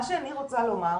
מה שאני רוצה לומר,